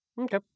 Okay